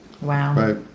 Wow